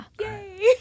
Yay